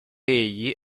egli